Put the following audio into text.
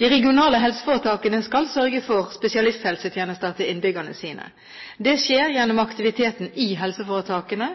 De regionale helseforetakene skal sørge for spesialisthelsetjenester til innbyggerne sine. Det skjer gjennom aktiviteten i helseforetakene